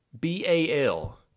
B-A-L